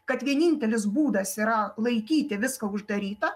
kad vienintelis būdas yra laikyti viską uždaryta